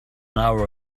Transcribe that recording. hour